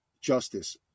justice